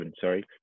sorry